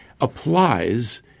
applies